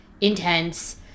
intense